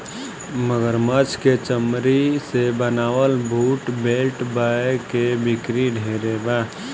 मगरमच्छ के चमरी से बनावल बूट, बेल्ट, बैग के बिक्री ढेरे बा